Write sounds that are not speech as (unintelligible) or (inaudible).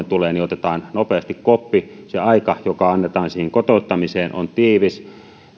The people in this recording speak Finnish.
(unintelligible) tulevat otetaan nopeasti koppi se aika joka annetaan siihen kotouttamiseen on tiivis